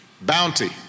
bounty